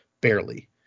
barely